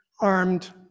armed